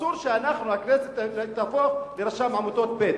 אסור שאנחנו, הכנסת, נהפוך לרשם העמותות ב'.